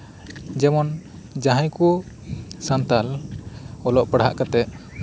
ᱡᱮᱢᱚᱱ ᱡᱟᱦᱟᱸᱭ ᱠᱩ ᱥᱟᱱᱛᱟᱞ ᱚᱞᱚᱜ ᱯᱟᱲᱦᱟᱜ ᱠᱟᱛᱮᱜ